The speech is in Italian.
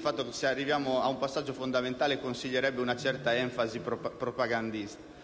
fatto che arrivare a un passaggio fondamentale consiglierebbe una certa enfasi propagandistica.